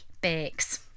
bakes